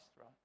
right